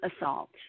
assault